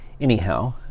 Anyhow